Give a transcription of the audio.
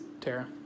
Tara